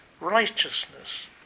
righteousness